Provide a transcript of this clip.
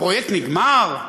הפרויקט נגמר?